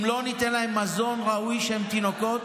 אם לא ניתן להם מזון ראוי כשהם תינוקות,